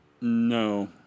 No